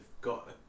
got